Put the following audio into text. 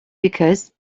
because